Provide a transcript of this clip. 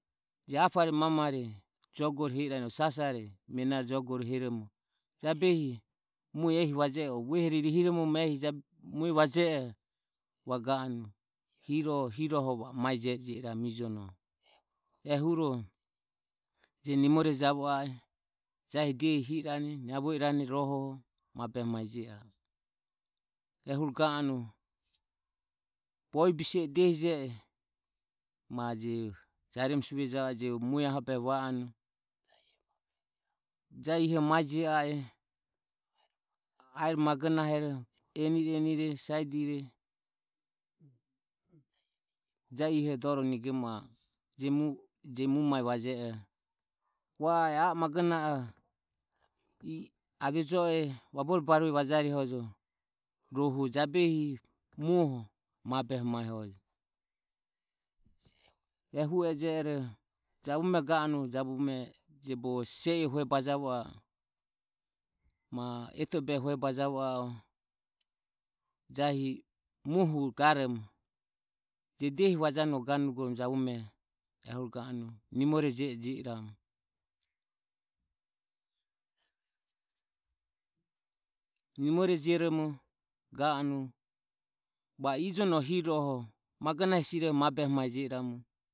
Je apo re mama re jogore hi eranoho sasare menare jogore rihiromoromo jabehi mue ehi va je oho o vuehere rihiromoromo mue va je oho ga anue hi roho ho va o mae je e jioromu nome ijono ehuro je nimore javo i e jahi diehi hi i rane niavo e rane mabehe mae je a e ehuro ga anue bovie bise e diehi je e ma je jaremu sivue mue ahobehe va anue jahi ihoho mae je a e ae magonahe ro eni eni re saidere jahi ihoho dore nigemo a e je mue mae va jeoho ae ua e ave vejoe vabore barue vajare rohu jabehi muoho mabehe mae ho jo ehu ejero jabume ga anue jabume bogo sise i ho hue bajavo a e ma eto o behe hue bajavo a e jahi muoho garomo je dehi va januoho jabume ehuro ga anue nimore jeromo va o ijono magonahe hesi hi roho mabehe ma je i ramu.